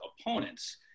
opponents